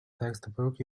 textbook